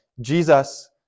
Jesus